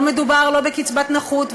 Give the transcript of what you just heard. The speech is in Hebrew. לא מדובר בקצבת נכות,